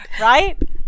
Right